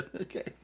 Okay